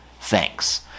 Thanks